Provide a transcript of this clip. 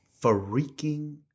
freaking